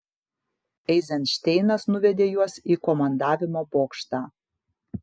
eizenšteinas nuvedė juos į komandavimo bokštą